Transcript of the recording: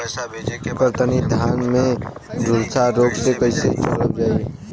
कतरनी धान में झुलसा रोग से कइसे बचल जाई?